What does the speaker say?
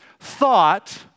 Thought